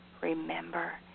Remember